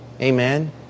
Amen